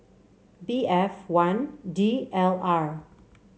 B F one D L R